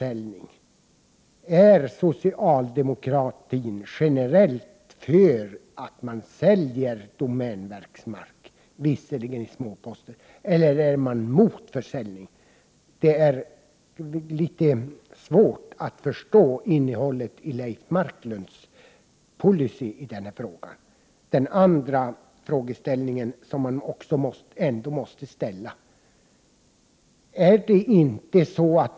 Är socialdemokraterna generellt för att man, visserligen i små poster, säljer domänverkets mark, eller är socialdemokraterna emot en försäljning? Det var litet svårt att förstå innehållet i den policy Leif Marklund har i denna fråga. Man måste också ställa en annan fråga.